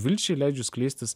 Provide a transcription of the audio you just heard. vilčiai leidžiu skleistis